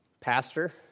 Pastor